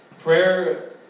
prayer